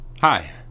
Hi